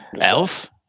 Elf